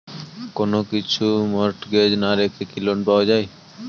কোন কিছু মর্টগেজ না রেখে কি লোন পাওয়া য়ায়?